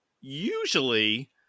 usually